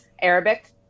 Arabic